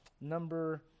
number